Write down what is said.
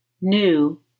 New